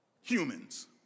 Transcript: humans